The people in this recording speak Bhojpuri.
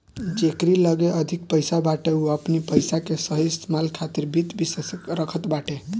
जेकरी लगे अधिक पईसा बाटे उ अपनी पईसा के सही इस्तेमाल खातिर वित्त विशेषज्ञ रखत बाटे